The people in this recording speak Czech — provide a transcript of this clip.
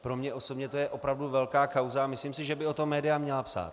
Pro mě osobně je to opravdu velká kauza a myslím si, že by o tom média měla psát.